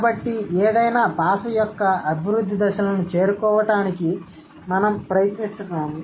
కాబట్టి ఏదైనా భాష యొక్క అభివృద్ధి దశలను చేరుకోవడానికి మేము ప్రయత్నిస్తున్నాము